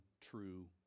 true